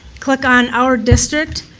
click on our district,